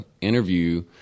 interview